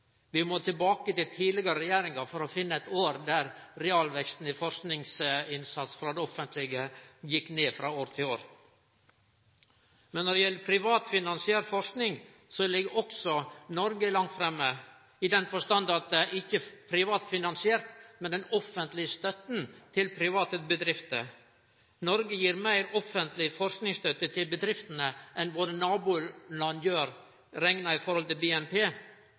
Vi må tilbake til tidlegare regjeringar for å finne eit år der realveksten i forskingsinnsatsen frå det offentlege gjekk ned frå år til år. Når det gjeld privat finansiert forsking, ligg også Noreg langt framme i den forstand at det ikkje er privat finansiert, men offentleg støtte til private bedrifter. Noreg gir meir offentleg forskingsstøtte til bedriftene enn våre naboland gjer, rekna i høve til BNP.